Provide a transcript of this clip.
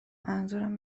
منظورم